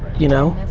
you know,